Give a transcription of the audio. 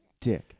dick